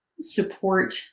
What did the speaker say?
support